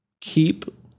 keep